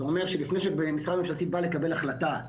זה אומר שלפני משרד ממשלתי בא לקבל החלטה,